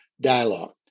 dialogue